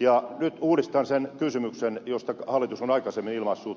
ja nyt uudistan sen kysymyksen josta hallitus on aikaisemmin kantansa ilmaissut